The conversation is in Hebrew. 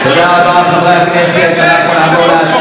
תן לשאול אותך שאלה.